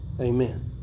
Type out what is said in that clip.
Amen